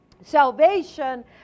salvation